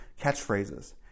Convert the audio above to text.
catchphrases